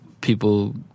people